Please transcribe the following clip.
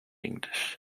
english